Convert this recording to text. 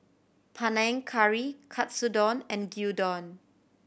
Panang Curry Katsudon and Gyudon